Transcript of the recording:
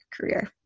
career